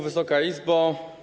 Wysoka Izbo!